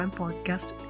podcast